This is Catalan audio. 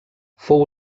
fou